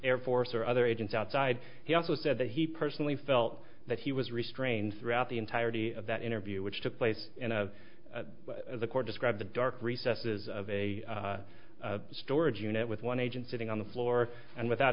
air force or other agents outside he also said that he personally felt that he was restrained throughout the entirety of that interview which took place and the court described the dark recesses of a storage unit with one agent sitting on the floor and without